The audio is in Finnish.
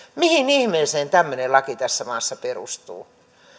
mihin ihmeeseen tämmöinen laki tässä maassa perustuu